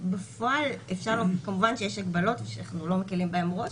כשבפועל כמובן שיש הגבלות ואנחנו לא מקלים בהן ראש